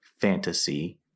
fantasy